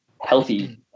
healthy